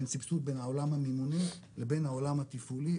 בין סבסוד בין העולם המימוני לבין העולם התפעולי,